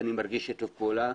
אני מרגיש שיתוף פעולה.